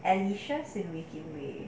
and it's shows an meeting day